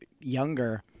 younger